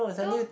two